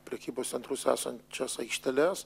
prekybos centrus esančias aikšteles